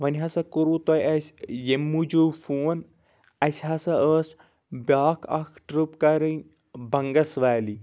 وۄنۍ ہسا کوٚروٗ تۄہہِ اسہِ ییٚمہِ موُجوٗب فون اسہِ ہسا ٲس بیاکھ اکھ ٹرٕپ کرٕنۍ بنگس ویلی